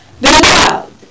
Beloved